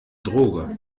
droge